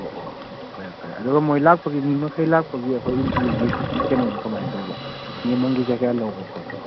ꯑꯣ ꯑꯣ ꯐꯔꯦ ꯐꯔꯦ ꯑꯗꯨꯒ ꯃꯣꯏ ꯂꯥꯛꯄꯒꯤ ꯃꯤ ꯃꯈꯩ ꯂꯥꯛꯄꯒꯤ ꯑꯩꯈꯣꯏ ꯑꯦꯟꯇ꯭ꯔꯤꯒꯤ ꯀꯩꯅꯣꯅ ꯀꯃꯥꯏꯅ ꯇꯧꯕ ꯃꯤ ꯑꯃꯃꯝꯒꯤ ꯀꯌꯥ ꯀꯌꯥ ꯂꯧꯕ ꯈꯣꯠꯄ